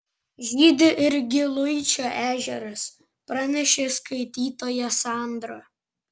žydi ir giluičio ežeras pranešė skaitytoja sandra